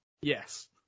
Yes